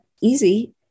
easy